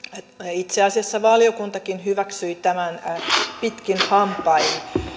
itse asiassa valiokuntakin hyväksyi tämän pitkin hampain